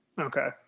Okay